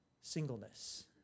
singleness